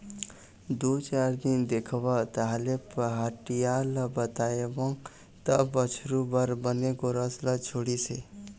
दू चार दिन देखेंव तहाँले पहाटिया ल बताएंव तब बछरू बर बने गोरस ल छोड़िस हे